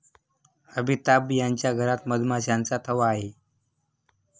अमिताभ यांच्या घरात मधमाशांचा थवा आहे